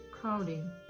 crowding